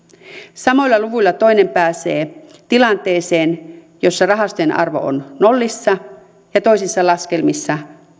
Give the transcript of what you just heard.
samoilla luvuilla toinen pääsee tilanteeseen jossa rahastojen arvo on nollissa ja toinen laskelmissaan